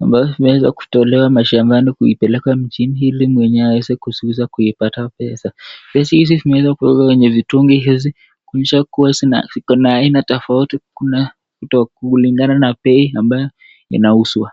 ambavyo vimeweza kutolewa mashambani kuipeleka mjini ili mwenyewe aweze kuziuza kuipata pesa. Pesa hizi zimeweza kuwekwa kwenye vitungi hizi kuonyesha kuwa ziko na aina tofauti kuna kulingana na bei ambayo inauzwa.